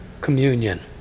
communion